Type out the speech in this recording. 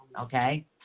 Okay